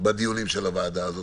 בדיוני הוועדה הזאת,